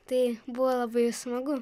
tai buvo labai smagu